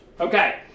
Okay